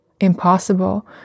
impossible